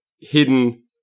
hidden